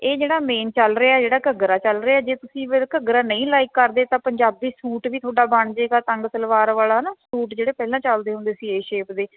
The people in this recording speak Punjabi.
ਇਹ ਜਿਹੜਾ ਮੇਨ ਚੱਲ ਰਿਹਾ ਜਿਹੜਾ ਘੱਗਰਾ ਚੱਲ ਰਿਹਾ ਜੇ ਤੁਸੀਂ ਫਿਰ ਘੱਗਰਾ ਨਹੀਂ ਲਾਈਕ ਕਰਦੇ ਤਾਂ ਪੰਜਾਬੀ ਸੂਟ ਵੀ ਥੋਡਾ ਬਣਜੇਗਾ ਤੰਗ ਸਲਵਾਰ ਵਾਲਾ ਹਨਾ ਸੂਟ ਜਿਹੜੇ ਪਹਿਲਾ ਚੱਲਦੇ ਹੁੰਦੇ ਸੀ ਏ ਸ਼ੇਪ ਦੇ